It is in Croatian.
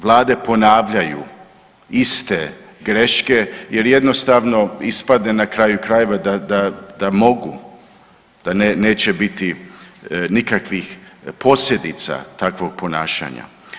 Vlade ponavljaju iste greške jer jednostavno ispadne na kraju krajeva da, da, da mogu, da neće biti nikakvih posljedica takvog ponašanja.